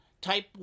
type